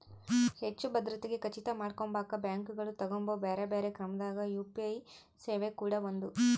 ಹೆಚ್ಚು ಭದ್ರತೆಗೆ ಖಚಿತ ಮಾಡಕೊಂಬಕ ಬ್ಯಾಂಕುಗಳು ತಗಂಬೊ ಬ್ಯೆರೆ ಬ್ಯೆರೆ ಕ್ರಮದಾಗ ಯು.ಪಿ.ಐ ಸೇವೆ ಕೂಡ ಒಂದು